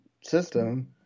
system